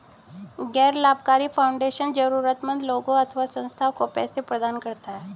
गैर लाभकारी फाउंडेशन जरूरतमन्द लोगों अथवा संस्थाओं को पैसे प्रदान करता है